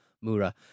Mura